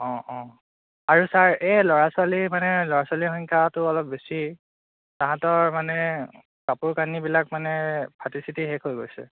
অঁ অঁ আৰু ছাৰ এই ল'ৰা ছোৱালীৰ মানে ল'ৰা ছোৱালীৰ সংস্যাটো অলপ বেছি তাহাঁতৰ মানে কাপোৰ কানিবিলাক মানে ফাটি চিটি মানে শেষ হৈ গৈছে